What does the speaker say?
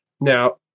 Now